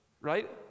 right